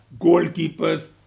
goalkeepers